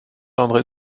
andré